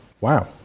Wow